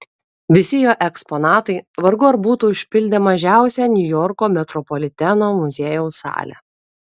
visi jo eksponatai vargu ar būtų užpildę mažiausią niujorko metropoliteno muziejaus salę